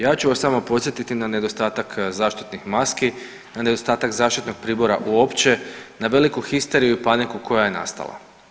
Ja ću vas samo podsjetiti na nedostatak zaštitnih maski, na nedostatak zaštitnog pribora uopće, na veliku histeriju i paniku koja je nastala.